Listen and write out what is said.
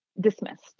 dismissed